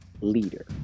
leader